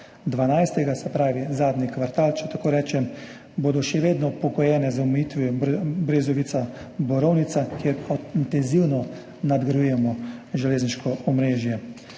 se pravi, zadnji kvartal, če tako rečem, in bo še vedno pogojen z omejitvijo Brezovica–Borovnica, kjer intenzivno nadgrajujemo železniško omrežje.